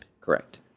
Correct